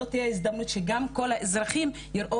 זאת תהיה ההזדמנות שגם כל האזרחים יראו